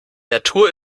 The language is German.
natur